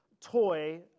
toy